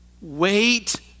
wait